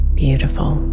beautiful